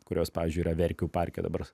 kurios pavyzdžiui yra verkių parke dabar